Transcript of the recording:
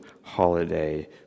holiday